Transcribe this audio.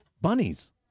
Bunnies